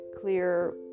clear